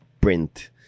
print